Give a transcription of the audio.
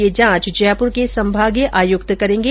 यह जांच जयपुर के संभागीय आयुक्त करेंगे